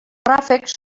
ràfecs